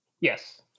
yes